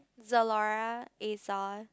Zalora Asos